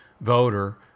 voter